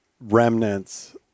remnants